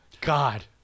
God